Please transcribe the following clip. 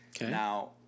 Now